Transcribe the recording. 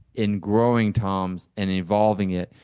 in growing toms and evolving it,